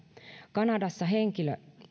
kanadassa henkilö